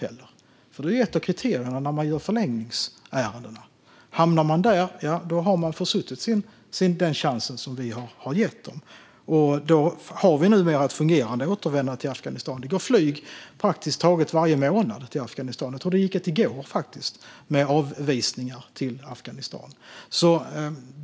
Det är ett av kriterierna vid förlängningsärendena. Om de hamnar där har de försuttit den chans vi har gett dem, och då har vi numera ett fungerande återvändande till Afghanistan. Det går flyg praktiskt taget varje månad till Afghanistan; jag tror att det gick ett i går med avvisningar till Afghanistan.